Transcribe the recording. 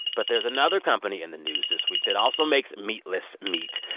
but there's another company in the news this week that also makes meatless meat.